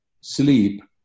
sleep